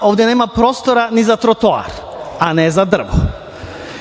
Ovde nema prostora ni za trotoar, a ne za drvo,